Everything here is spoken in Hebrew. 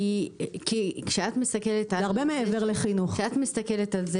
כי כשאתה מסתכלת --- כשאת מסתכלת על זה